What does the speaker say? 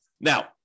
Now